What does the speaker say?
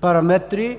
параметри,